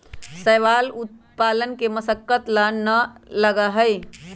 शैवाल पालन में जादा मशक्कत ना लगा हई